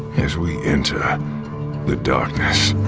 as we enter the darkness.